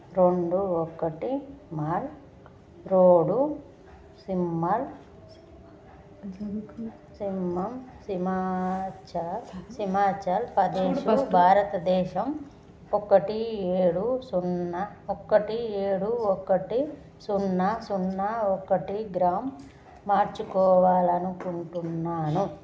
రెండు ఒకటి mall road సిమ్మల్ సిమ్లా సీమాచాల్ హిమాచల్ పదేశ్ భారతదేశం ఒకటి ఏడు సున్నా ఒకటి ఏడు ఒకటి సున్నా సున్నా ఒకటిగా మార్చుకోవాలి అనుకుంటున్నాను